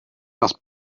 das